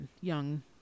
young